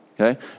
okay